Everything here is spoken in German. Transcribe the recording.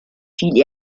fiel